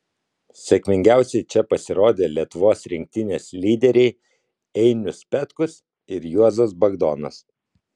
sėkmingiausiai čia pasirodė lietuvos rinktinės lyderiai einius petkus ir juozas bagdonas